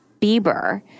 Bieber